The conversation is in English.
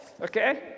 Okay